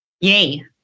Yay